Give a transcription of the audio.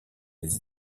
des